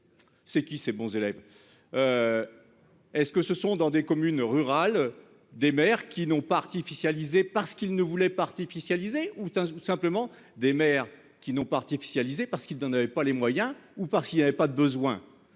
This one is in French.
C'est qui ces bons élèves. Est-ce que ce sont dans des communes rurales. Des maires qui n'ont pas artificialiser parce qu'il ne voulait pas artificialiser ou simplement des maires qui n'ont pas artificialiser parce qu'il n'en avait pas les moyens ou parce qu'il y avait pas de besoin.